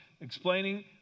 explaining